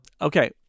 Okay